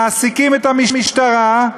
מעסיקים את המשטרה,